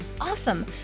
awesome